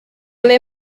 ble